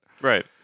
right